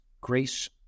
grace